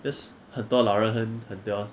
that's 很多老人和很多